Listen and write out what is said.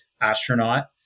astronaut